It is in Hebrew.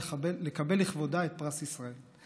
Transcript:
לקבל לכבודה את פרס ישראל.